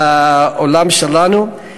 בעולם שלנו.